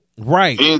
Right